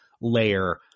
layer